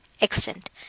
extent